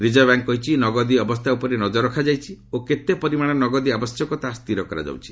reserve Bank କହିଛି ନଗଦୀ ଅବସ୍ଥା ଉପରେ ନଜର ରଖାଯାଇଛି ଓ କେତେ ପରିମାଣର ନଗଦୀ ଆବଶ୍ୟକ ତାହା ସ୍ଥିର କରାଯାଉଛି